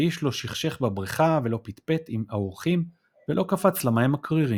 ואיש לא שכשך בברכה ולא פטפט עם האורחים ולא קפץ למים הקרירים.